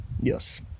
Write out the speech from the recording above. yes